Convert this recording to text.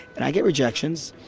and i get rejections.